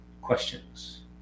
questions